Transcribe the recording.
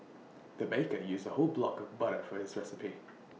the baker used A whole block of butter for this recipe